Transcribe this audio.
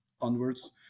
onwards